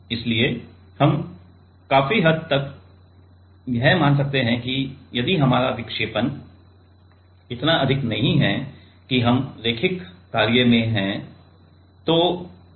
इसलिए हम काफी हद तक यह मान सकते हैं कि यदि हमारा विक्षेपण इतना अधिक नहीं है कि हम रैखिक कार्य में हैं